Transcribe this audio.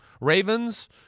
Ravens